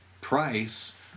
price